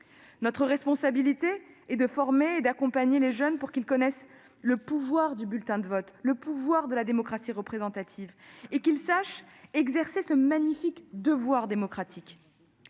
Notre responsabilité est de former et d'accompagner les jeunes pour qu'ils connaissent le pouvoir du bulletin de vote, le pouvoir de la démocratie représentative, et qu'ils sachent exercer ce magnifique devoir démocratique.